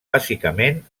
bàsicament